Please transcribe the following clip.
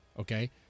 okay